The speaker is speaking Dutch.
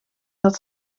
dat